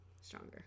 stronger